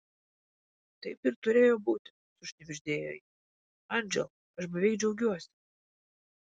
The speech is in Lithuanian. taip ir turėjo būti sušnibždėjo ji andželai aš beveik džiaugiuosi